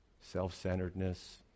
self-centeredness